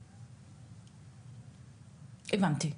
הבנתי.